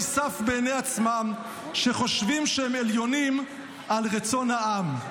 סף' בעיני עצמם שחושבים שהם עליונים על רצון העם".